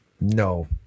No